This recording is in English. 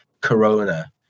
Corona